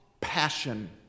passion